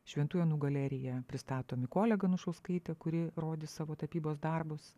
šventų jonų galerija pristato mikolę ganušauskaitę kuri rodys savo tapybos darbus